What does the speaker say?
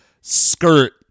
skirt